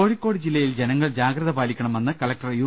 കോഴിക്കോട്ട് ജില്ലയിൽ ജനങ്ങൾ ജാഗ്രത പാലിക്കണമെന്ന് കലക്ടർ യു